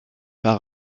pas